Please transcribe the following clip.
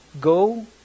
Go